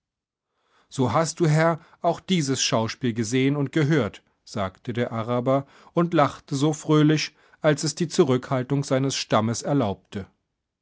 so hast du herr auch dieses schauspiel gesehen und gehört sagte der araber und lachte so fröhlich als es die zurückhaltung seines stammes erlaubte